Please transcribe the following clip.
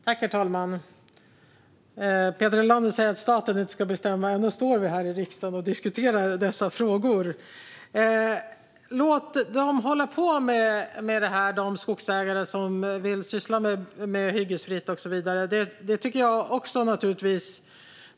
Herr talman! Peter Helander säger att staten inte ska bestämma, men ändå står vi här i riksdagen och diskuterar dessa frågor. Jag tycker naturligtvis också att man ska låta de skogsägare som vill syssla med hyggesfritt och så vidare hålla på med det.